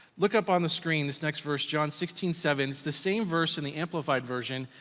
look up on the screen, this next verse, john sixteen seven. it's the same verse in the amplified version,